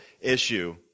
issue